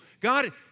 God